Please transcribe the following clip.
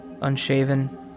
Unshaven